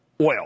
oil